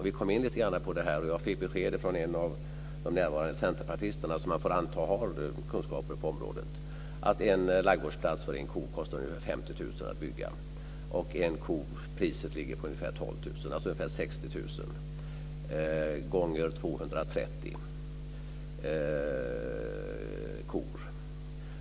Vi kom in lite grann på detta, och jag fick beskedet från en av de närvarande centerpartisterna, som får antas ha stora kunskaper på området, att en ladugårdsplats för en ko kostar ungefär 50 000 kr att bygga och priset på en ko ligger på ungefär 12 000 kr, alltså 60 000 gånger 230 kor.